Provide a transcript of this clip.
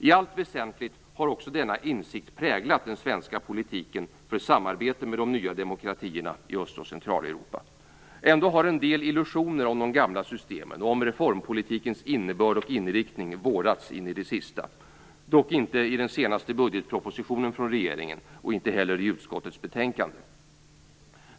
I allt väsentligt har också denna insikt präglat den svenska politiken för samarbete med de nya demokratierna i Öst och Centraleuropa. Ändå har en del illusioner om de gamla systemen och om reformpolitikens innebörd och inriktning vårdats in i det sista - dock inte i den senaste budgetpropositionen från regeringen och inte heller i utskottets betänkande.